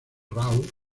raw